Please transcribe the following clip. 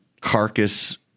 carcass